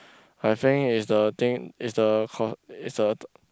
I think is the thing is the k~ is the